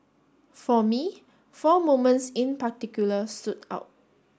for me four moments in particular stood out